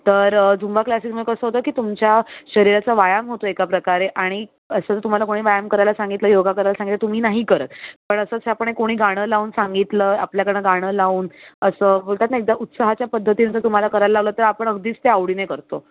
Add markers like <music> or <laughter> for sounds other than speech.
तर झुंबा क्लासेसमुळे कसं होतं की तुमच्या शरीराचा व्यायाम होतो एका प्रकारे आणि असं जर तुम्हाला कोणी व्यायाम करायला सांगितलं योगा करायला सांगितलं तुम्ही नाही करत पण असं <unintelligible> कोणी गाणं लावून सांगितलं आपल्या एखादं गाणं लावून असं बोलतात ना एकदा उत्साहाच्या पद्धतीने जर तुम्हाला करायला लावलं तर आपण अगदीच ते आवडीने करतो